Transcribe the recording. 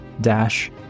dash